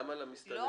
גם על המסתננים